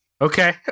Okay